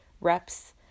reps